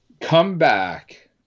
comeback